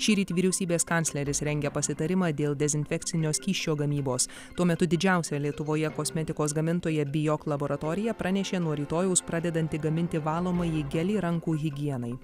šįryt vyriausybės kancleris rengia pasitarimą dėl dezinfekcinio skysčio gamybos tuo metu didžiausia lietuvoje kosmetikos gamintoja biok laboratorija pranešė nuo rytojaus pradedanti gaminti valomąjį gelį rankų higienai